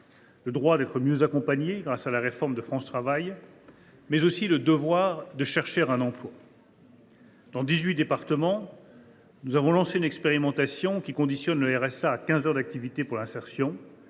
le droit d’être mieux accompagné grâce à la réforme de France Travail, mais aussi le devoir de chercher un emploi. « Dans dix huit départements, nous avons lancé une expérimentation qui conditionne le revenu de solidarité active